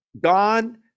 God